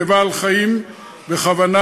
בבעל-חיים בכוונה,